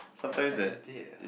perfect date ah